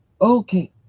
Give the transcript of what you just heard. Okay